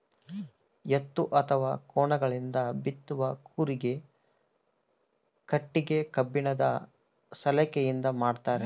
ಎತ್ತು ಅಥವಾ ಕೋಣಗಳಿಂದ ಬಿತ್ತುವ ಕೂರಿಗೆ ಕಟ್ಟಿಗೆ ಕಬ್ಬಿಣದ ಸಲಾಕೆಯಿಂದ ಮಾಡ್ತಾರೆ